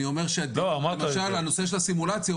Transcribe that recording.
אני אומר שלמשל הנושא של הסימולציה הוא